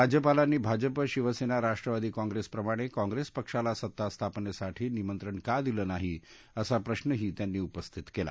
राज्यपालांनी भाजप शिवसेना राष्ट्रवादी काँप्रेसप्रमाणे काँप्रेस पक्षाला सत्ता स्थापनेसाठी निमंत्रण का दिलं नाही असा प्रश्वही त्यांनी उपस्थित केला